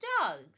dogs